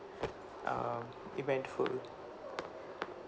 um eventful